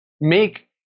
make